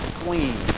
clean